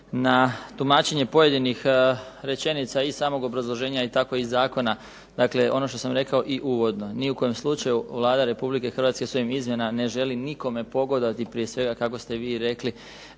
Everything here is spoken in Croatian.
na tumačenje pojedinih rečenica i samog obrazloženja i tako i zakona. Dakle, ono što sam rekao i uvodno ni u kojem slučaju Vlada Republike Hrvatske svojim izmjenama ne želi nikome pogodovati prije svega kako ste vi rekli